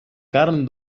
carn